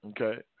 Okay